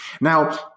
Now